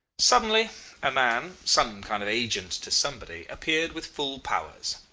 suddenly a man, some kind of agent to somebody, appeared with full powers.